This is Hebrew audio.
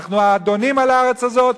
אנחנו האדונים על הארץ הזאת,